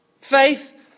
Faith